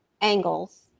angles